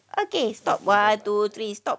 okay bye bye